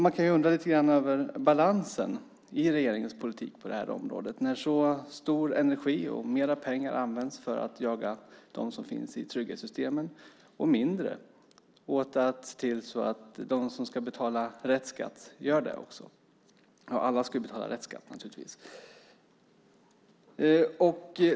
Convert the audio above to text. Man kan undra lite grann över balansen i regeringens politik på det här området när så stor energi läggs på och mer pengar används för att jaga dem som finns i trygghetssystemen än att se till att de som ska betala skatt betalar rätt skatt.